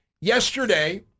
yesterday